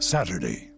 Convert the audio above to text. Saturday